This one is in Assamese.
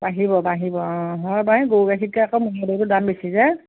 বাঢ়িব বাঢ়িব অঁ হয় পাই গৰু গাখীৰতকৈ আকৌ ম'হৰ দামটো বেছি যে